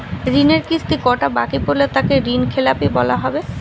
ঋণের কিস্তি কটা বাকি পড়লে তাকে ঋণখেলাপি বলা হবে?